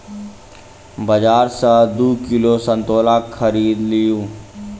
बाजार सॅ दू किलो संतोला खरीद लिअ